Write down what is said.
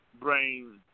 brain